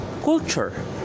culture